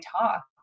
talk